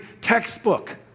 textbook